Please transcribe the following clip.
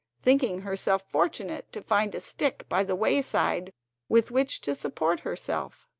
thinking herself fortunate to find a stick by the wayside with which to support herself.